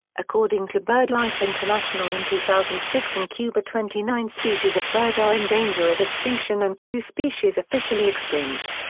according to birdlife international in two thousand and six in cuba twenty nine species of bird are in danger of extinction and two species officially extinct.